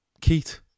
Keith